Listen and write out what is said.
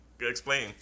Explain